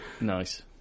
Nice